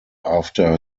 after